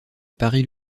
paris